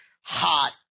hot